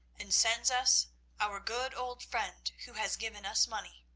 and sends us our good old friend who has given us money.